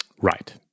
Right